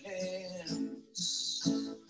hands